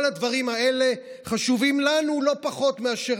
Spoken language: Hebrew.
כל הדברים האלה חשובים לנו לא פחות מאשר